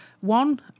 One